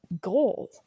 goal